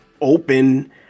open